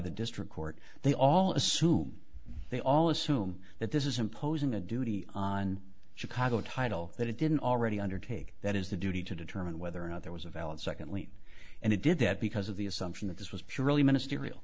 the district court they all assume they all assume that this is imposing a duty on chicago title that it didn't already undertake that is the duty to determine whether or not there was a valid secondly and it did that because of the assumption that this was purely ministerial